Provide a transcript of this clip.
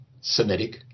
Semitic